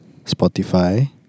Spotify